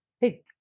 hey